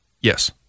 Yes